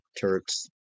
turks